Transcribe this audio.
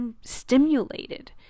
stimulated